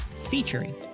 featuring